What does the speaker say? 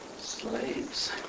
Slaves